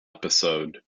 episode